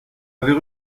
avait